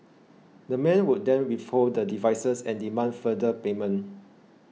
the men would then withhold the devices and demand further payment